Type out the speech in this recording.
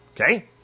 Okay